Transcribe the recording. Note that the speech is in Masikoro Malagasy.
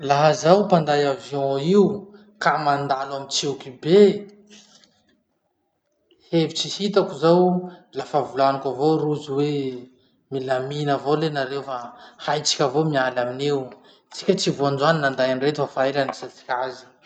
Laha zaho mpanday avion io ka mandalo amy tsioky be, hevitsy hitako zao lafa volaniko avao rozy hoe: milamina avao le nareo fa haitsika avao miala aminio, tsika tsy vo androany ninday anireto fa fa ela nindesatsika azy.